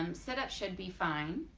um sit ups should be fine,